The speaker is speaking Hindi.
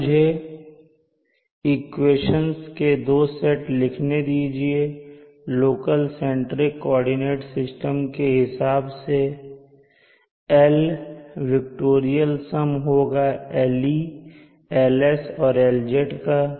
अब मुझे इक्वेशंस के दो सेट लिखने दीजिए लोकल सेंट्रिक कोऑर्डिनेट सिस्टम के हिसाब से इंसुलेशन L विक्टोरियल सम होगा LS LE और LZ का